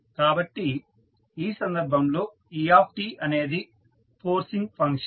కాబట్టి ఈ సందర్భంలో e అనేది ఫోర్సింగ్ ఫంక్షన్